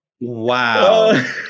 Wow